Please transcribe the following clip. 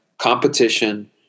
competition